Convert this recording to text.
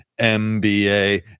MBA